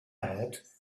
had